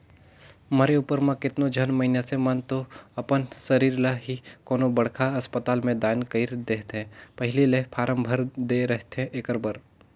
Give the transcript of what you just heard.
मरे उपर म केतनो झन मइनसे मन तो अपन सरीर ल ही कोनो बड़खा असपताल में दान कइर देथे पहिली ले फारम भर दे रहिथे एखर बर